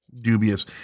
dubious